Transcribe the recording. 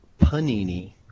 Panini